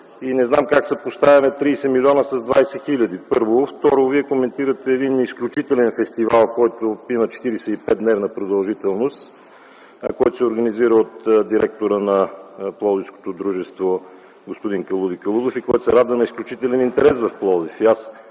Не знам как съпоставяме 30 млн. лв. с 20 хил. лв. Вие коментирате един изключителен фестивал, който има 45-дневна продължителност, който се организира от директора на пловдивското дружество – господин Калуди Калудов, и който се радва на изключителен интерес в Пловдив.